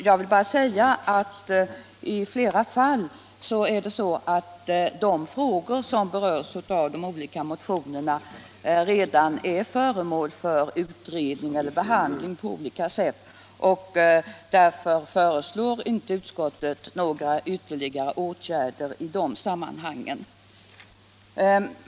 Jag vill framhålla att flera av de frågor som berörs i de olika motionerna redan är föremål för utredning eller behandling på olika sätt, och utskottet föreslår därför inte några ytterligare åtgärder i de sammanhangen.